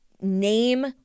name